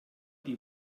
die